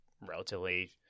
relatively